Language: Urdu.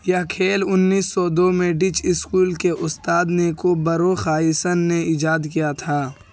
یہ کھیل انیس سو دو میں ڈچ اسکول کے استاد نیکو بروخائیسن نے ایجاد کیا تھا